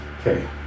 okay